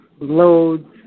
Loads